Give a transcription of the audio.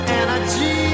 energy